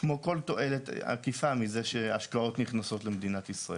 כמו כל תועלת עקיפה מזה שהשקעות נכנסות למדינת ישראל.